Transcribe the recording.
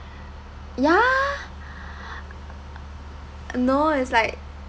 ya no it's like